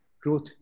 growth